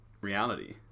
reality